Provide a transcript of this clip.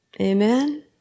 Amen